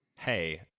hey